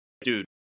dude